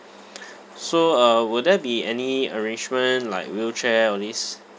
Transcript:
so uh will there be any arrangement like wheelchair all these